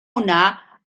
hwnna